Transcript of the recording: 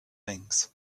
things